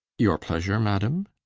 your pleasure, madam